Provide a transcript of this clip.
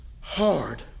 hard